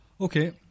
Okay